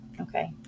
okay